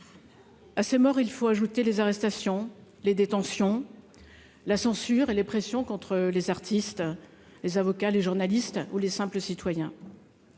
À ces morts, il faut ajouter les arrestations, les détentions, la censure et les pressions contre les artistes, les avocats, les journalistes ou les simples citoyens.